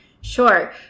Sure